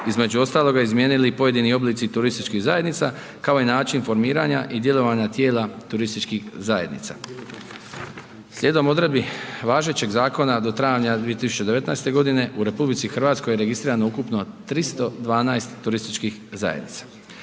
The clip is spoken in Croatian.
između ostaloga izmijenili i pojedini oblici turističkih zajednica, kao i način formiranja i djelovanja tijela turističkih zajednica. Slijedom odredbi važećeg zakona do travnja 2019. godine u RH je registrirano ukupno 312 turističkih zajednica.